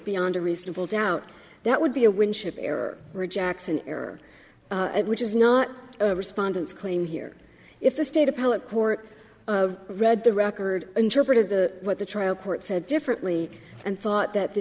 beyond a reasonable doubt that would be a winship error or jackson error which is not a respondent's claim here if the state appellate court read the record interpreted the what the trial court said differently and thought that the